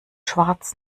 schwarz